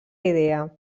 idea